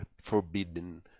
forbidden